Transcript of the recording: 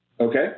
Okay